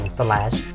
slash